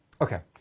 Okay